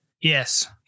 Yes